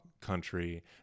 country